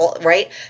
right